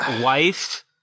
wife